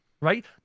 right